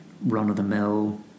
run-of-the-mill